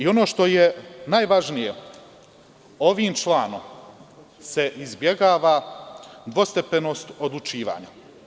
Ono što je najvažnije ovim članom se izbegava dvostepenost odlučivanja.